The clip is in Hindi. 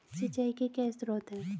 सिंचाई के क्या स्रोत हैं?